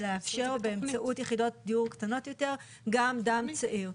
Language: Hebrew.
ולאפשר באמצעות יחידות דיור קטנות יותר גם דם צעיר.